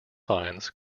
finds